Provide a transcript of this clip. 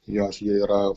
jas jie yra